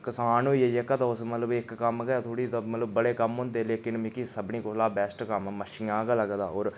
किसान होई गेआ जेह्का ते उस मतलब इक कम्म गै थोह्ड़ी ता मतलब बड़े कम्म होंदे लेकिन मिगी सभनें कोलां बेस्ट कम्म मच्छियां गै लगदा होर